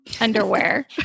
underwear